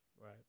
right